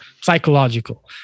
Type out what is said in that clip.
psychological